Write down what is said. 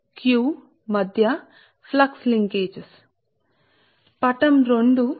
కాబట్టి ఈ రెండు బాహ్య బిందువులు p q సరే p మరియు q ల మధ్య పటం 2 ఫ్లక్స్ లింకేజ్స్ కాబట్టి